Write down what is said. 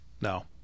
No